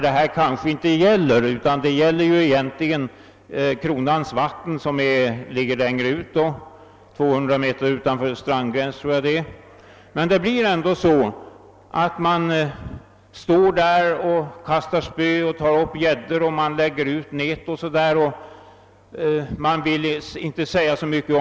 Detta gäller egentligen mest kronans vatten som ligger längre ut, 200 meter utanför strandgränsen, men folk står i alla fall där och kastar med spö, tar upp gäddor och lägger ut nät, och fisktillgången minskar.